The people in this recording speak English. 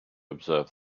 observe